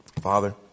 Father